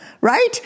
right